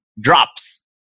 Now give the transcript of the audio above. drops